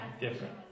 different